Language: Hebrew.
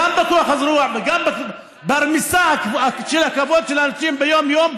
גם בכוח הזרוע וגם ברמיסה של הכבוד של האנשים ביום-יום,